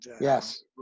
Yes